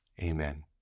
Amen